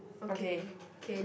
okay